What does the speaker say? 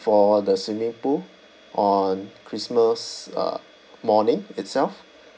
for the swimming pool on christmas uh morning itself